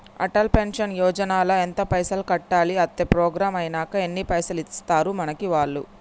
Atal pension Yojana ల ఎంత పైసల్ కట్టాలి? అత్తే ప్రోగ్రాం ఐనాక ఎన్ని పైసల్ ఇస్తరు మనకి వాళ్లు?